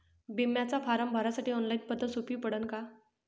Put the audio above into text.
बिम्याचा फारम भरासाठी ऑनलाईन पद्धत सोपी पडन का?